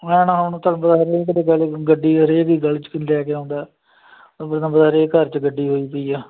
ਹੁਣ ਤੱਕ ਦੀ ਗਲੀ ਘਰ 'ਚ ਗੱਡੀ ਹੋਈ ਪਈ ਆ